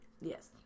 Yes